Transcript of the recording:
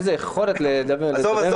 איזו יכולת לדבר --- עזוב,